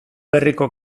berriko